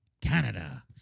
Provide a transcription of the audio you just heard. Canada